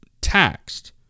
taxed